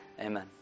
Amen